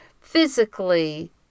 physically